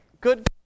good